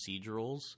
procedurals